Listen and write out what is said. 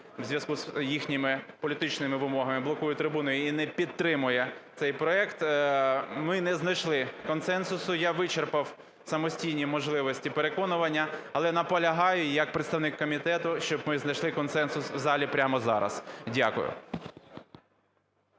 в зв'язку з їхніми політичними вимогами блокує трибуну і не підтримує цей проект. Ми не знайшли консенсусу, я вичерпав самостійні можливості переконування, але наполягаю як представник комітету, щоб ми знайшли консенсус в залі прямо зараз. Дякую.